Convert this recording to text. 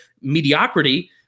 mediocrity